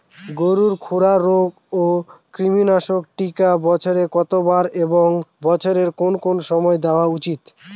গরুর খুরা রোগ ও কৃমিনাশক টিকা বছরে কতবার এবং বছরের কোন কোন সময় দেওয়া উচিৎ?